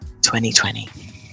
2020